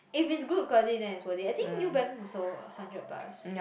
if it's good quality then it's worth it I think New Balance also hundred plus